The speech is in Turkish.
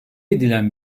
edilen